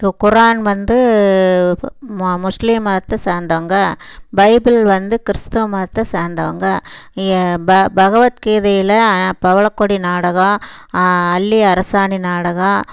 குரான் வந்து முஸ்லீம் மதத்தை சார்ந்தவங்க பைபிள் வந்து கிறிஸ்த்துவ மதத்தை சார்ந்தவங்க பகவத் கீதையில் பவளக்கொடி நாடகம் அல்லி அரசாணி நாடகம்